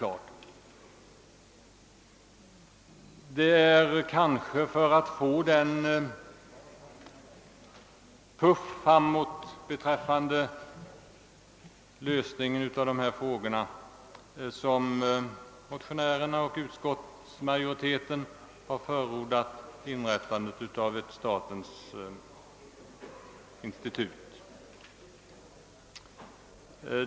Och det är för att en lösning av vårdproblemen skall få en puff framåt som motionärerna och utskottsmajoriteten har föreslagit inrättandet av detta statliga institut.